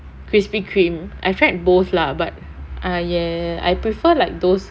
Krispy Kreme I tried both lah but ah ya I prefer like those